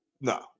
no